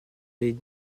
les